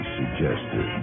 suggested